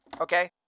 okay